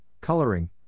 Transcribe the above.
coloring